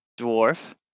dwarf